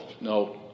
no